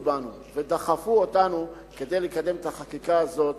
בנו ודחפו אותנו כדי לקדם את החקיקה הזאת,